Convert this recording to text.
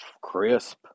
crisp